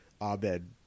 Abed